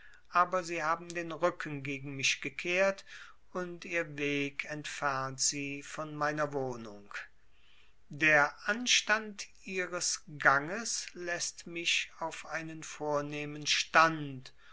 aber sie haben den rücken gegen mich gekehrt und ihr weg entfernt sie von meiner wohnung der anstand ihres ganges läßt mich auf einen vornehmen stand